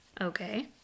Okay